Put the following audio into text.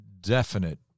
definite